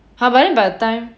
!huh! but by the time